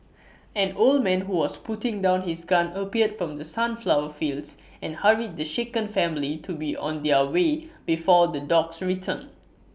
an old man who was putting down his gun appeared from the sunflower fields and hurried the shaken family to be on their way before the dogs return